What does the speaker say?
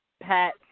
pat